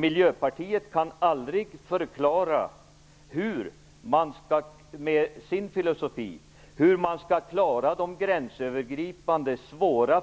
Miljöpartiet kan aldrig med sin filosofi förklara hur man skall komma till rätta med de svåra gränsövergripande